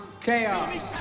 chaos